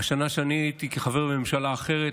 השנה שאני הייתי חבר בממשלה אחרת,